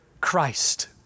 Christ